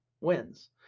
wins